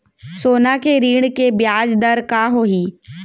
सोना के ऋण के ब्याज दर का होही?